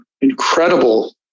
incredible